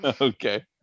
okay